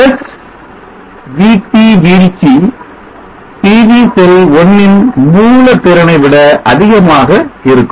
7 volts VT வீழ்ச்சி PV cell 1 ன் மூல திறனை விட அதிகமாக இருக்கும்